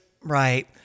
right